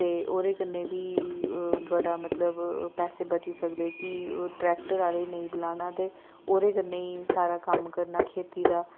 ते ओह्दे कन्नै बी बड़ा मतलब पैसे बची सकदे कि ट्रैक्टर आह्ले नेईं बलाना ते ओह्दे कन्नै गै सारा कम्म करना खेती दा